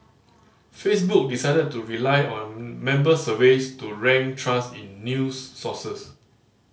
Facebook decided to rely on member surveys to rank trust in news sources